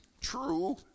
true